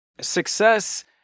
success